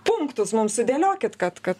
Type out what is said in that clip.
punktus mum sudėliokit kad kad